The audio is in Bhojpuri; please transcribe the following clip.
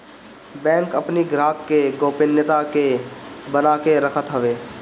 बैंक अपनी ग्राहक के गोपनीयता के बना के रखत हवे